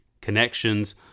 connections